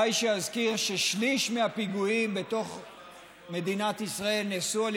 די שאזכיר ששליש מהפיגועים בתוך מדינת ישראל נעשו על